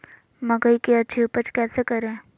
मकई की अच्छी उपज कैसे करे?